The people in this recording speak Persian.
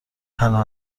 تنها